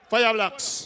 Fireblocks